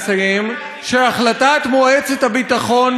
שהחלטת מועצת הביטחון מבטאת,